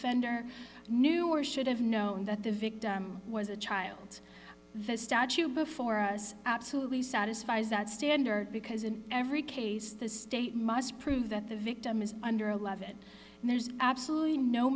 offender knew or should have known that the victim was a child the statue before us absolutely satisfies that standard because in every case the state must prove that the victim is under eleven and there's absolutely no